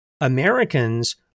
Americans